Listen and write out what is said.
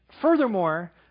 furthermore